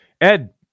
Ed